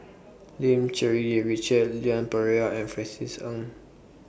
Lim Cherng Yih Richard Leon Perera and Francis Ng